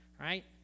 right